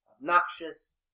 obnoxious